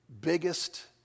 biggest